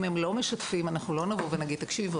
אם הם לא משתפים אנחנו לא נבוא ונגיד 'תקשיבו,